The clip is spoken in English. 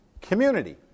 community